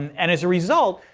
and as a result,